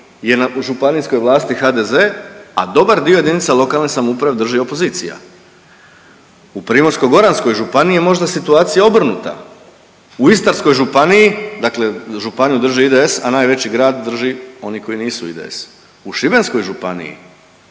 je na županijskoj vlasti HDZ-a, a dobar dio lokalne samouprave drži opozicija. U Primorsko-goranskoj županiji je možda situacija obrnuta. U Istarskoj županiji, dakle županiju drži IDS, a najveći grad drži oni koji nisu IDS. U Šibenskoj županiji